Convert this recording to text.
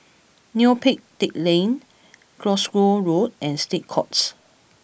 Neo Pee Teck Lane Glasgow Road and State Courts